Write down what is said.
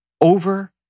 over